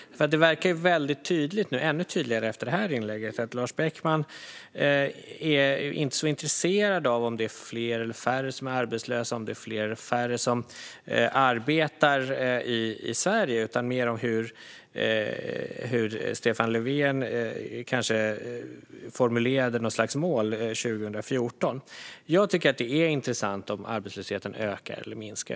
Det verkar vara väldigt tydligt nu, ännu tydligare efter detta inlägg, att Lars Beckman inte är så intresserad av om det är fler eller färre som är arbetslösa, om det är fler eller färre som arbetar, i Sverige. Han är mer intresserad av hur Stefan Löfven kanske formulerade något slags mål 2014. Jag tycker att det är intressant om arbetslösheten ökar eller minskar.